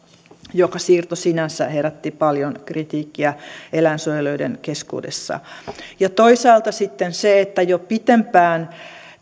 joka siirto sinänsä herätti paljon kritiikkiä eläinsuojelijoiden keskuudessa ja toisaalta sitten se että jo pitempään